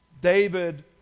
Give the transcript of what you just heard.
David